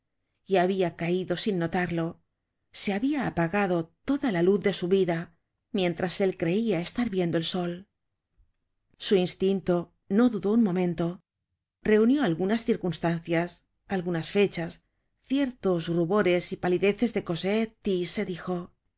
y habia caido sin notarlo se habia apagado toda la luz de su vida mientras él creia estar viendo el sol su instinto no dudó un momento reunió algunas circunstancias algunas fechas ciertos rubores y palideces de cosette y se dijo